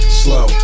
slow